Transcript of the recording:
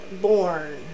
born